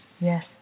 Yes